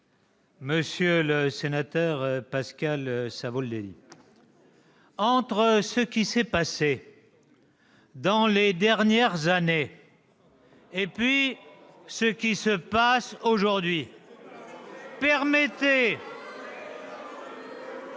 monsieur le sénateur Pascal Savoldelli, entre ce qui s'est passé les dernières années et ce qui se passe aujourd'hui, permettez